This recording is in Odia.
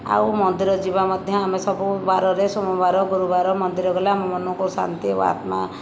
ଆଉ ମନ୍ଦିର ଯିବା ମଧ୍ୟ ଆମେ ସବୁ ବାରରେ ସୋମବାର ଗୁରୁବାର ମନ୍ଦିର ଗଲେ ଆମ ମନକୁ ଶାନ୍ତି ଓ ଆତ୍ମା